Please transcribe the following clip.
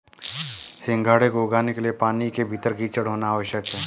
सिंघाड़े को उगाने के लिए पानी के भीतर कीचड़ होना आवश्यक है